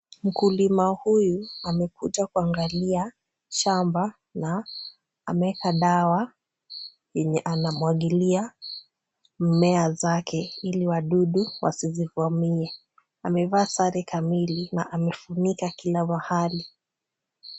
Mkulima huyu amekuja kuangalia shamba na ameeka dawa yenye anamwagilia mimea zake ili wadudu wasizivamie. Amevaa sare kamili na amefunika kila mahali.